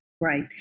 Right